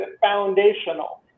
foundational